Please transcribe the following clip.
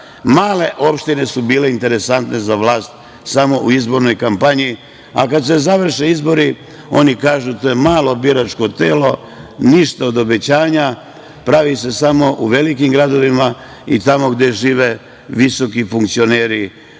male opštine bile interesantne za vlast samo u izbornoj kampanji, a kad se završe izbori oni kažu to je malo biračko telo, ništa od obećanja, pravi se samo u velikim gradovima i tamo gde žive visoki funkcioneri.